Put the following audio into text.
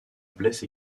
blesse